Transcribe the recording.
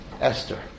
Esther